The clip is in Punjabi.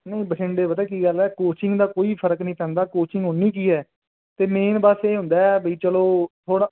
ਨਹੀਂ ਬਠਿੰਡੇ ਪਤਾ ਕੀ ਗੱਲ ਹੈ ਕੋਚਿੰਗ ਦਾ ਕੋਈ ਫ਼ਰਕ ਨਹੀਂ ਪੈਂਦਾ ਕੋਚਿੰਗ ਉੰਨੀ ਕੀ ਹੈ ਅਤੇ ਮੇਨ ਬਸ ਇਹ ਹੁੰਦਾ ਹੈ ਵੀ ਚਲੋ ਥੋੜ੍ਹਾ